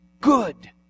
good